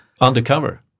Undercover